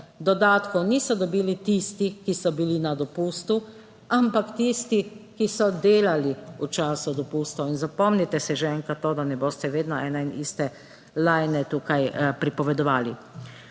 Dodatkov niso dobili tisti, ki so bili na dopustu, ampak tisti, ki so delali v času dopustov. In zapomnite si že enkrat to, da ne boste vedno ene in iste lajne tukaj pripovedovali.